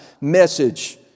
message